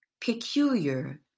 peculiar